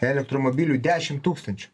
elektromobilių dešimt tūkstančių